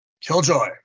Killjoy